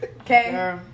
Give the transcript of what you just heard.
Okay